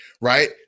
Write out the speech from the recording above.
right